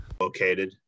located